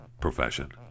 profession